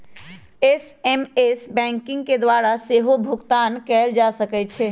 SMS banking के द्वारा सेहो भुगतान कएल जा सकै छै